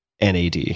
NAD